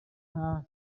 nta